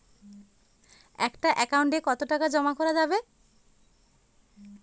একটা একাউন্ট এ কতো টাকা জমা করা যাবে?